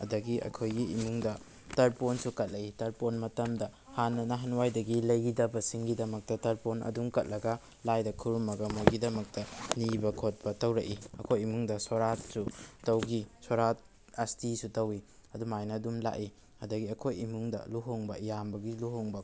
ꯑꯗꯨꯗꯒꯤ ꯑꯩꯈꯣꯏꯒꯤ ꯏꯃꯨꯡꯗ ꯇꯔꯄꯣꯟꯁꯨ ꯀꯠꯂꯛꯏ ꯇꯔꯄꯣꯟ ꯃꯇꯝꯗ ꯍꯥꯟꯅ ꯅꯥꯍꯥꯟꯋꯥꯏꯗꯒꯤ ꯂꯩꯈꯤꯗꯕꯁꯤꯡꯒꯤꯗꯃꯛꯇ ꯇꯔꯄꯣꯟ ꯑꯗꯨꯝ ꯀꯠꯂꯒ ꯂꯥꯏꯗ ꯈꯨꯔꯨꯝꯃꯒ ꯃꯣꯏꯒꯤꯗꯃꯛꯇ ꯅꯤꯕ ꯈꯣꯠꯄ ꯇꯧꯔꯛꯏ ꯑꯩꯈꯣꯏ ꯏꯃꯨꯡꯗ ꯁꯣꯔꯥꯠꯁꯨ ꯇꯧꯈꯤ ꯁꯣꯔꯥꯠ ꯑꯁꯇꯤꯁꯨ ꯇꯧꯏ ꯑꯗꯨꯝ ꯍꯥꯏꯅ ꯑꯗꯨꯝ ꯂꯥꯏ ꯑꯗꯨꯗꯒꯤ ꯑꯩꯈꯣꯏ ꯏꯃꯨꯡꯗ ꯂꯨꯍꯣꯡꯕ ꯏꯌꯥꯝꯕꯒꯤ ꯂꯨꯍꯣꯡꯕ